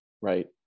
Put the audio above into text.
right